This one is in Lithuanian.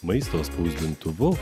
maisto spausdintuvu